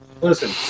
listen